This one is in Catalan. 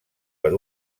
per